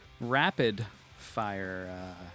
rapid-fire